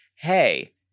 hey